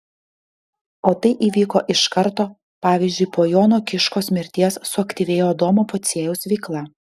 o tai įvyko iš karto pavyzdžiui po jono kiškos mirties suaktyvėjo adomo pociejaus veikla